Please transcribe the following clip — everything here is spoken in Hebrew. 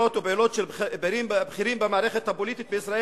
יש לזכור כי לאמירות או פעולות של בכירים במערכת הפוליטית בישראל,